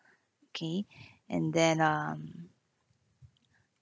okay and then um